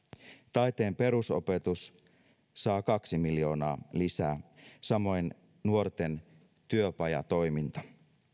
taiteen perusopetus saa kaksi miljoonaa lisää samoin nuorten työpajatoiminta